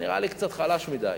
נראה לי קצת חלש מדי.